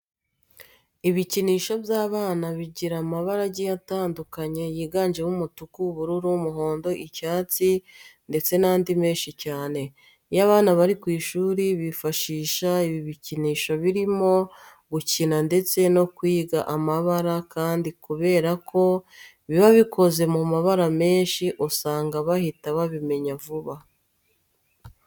Ibikinisho by'abana bigira amabara agiye atandukanye yiganjemo umutuku, ubururu, umuhondo, icyatsi ndetse n'andi menshi cyane. Iyo abana bari ku ishuri bifashisha ibi bikinisho barimo gukina ndetse no kwiga amabara kandi kubera ko biba bikoze mu mabara menshi usanga bahita babimenya vuba.